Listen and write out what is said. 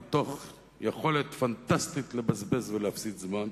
מתוך יכולת פנטסטית לבזבז ולהפסיד זמן,